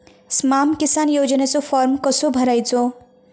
स्माम किसान योजनेचो फॉर्म कसो भरायचो?